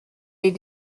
les